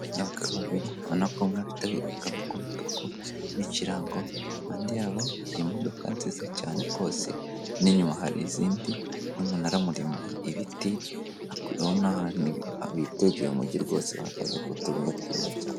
Abagabo babiri ubona ko umwe afite igikapu ku rutugu, n'ikirango impande yabo hari imodoka nziza cyane rwose, inyuma hari izindi n'umunara muremure, ibiti hakuno ubona ko witegeye umujyi rwose bahagaze ku tubuye twiza cyane.